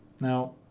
Now